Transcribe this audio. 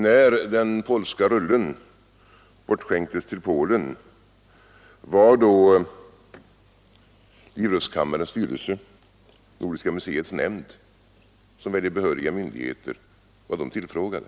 När den polska rullen bortskänktes till Polen — var då livrustkammarens styrelse och Nordiska muséets nämnd, som väl är behöriga myndigheter, tillfrågade?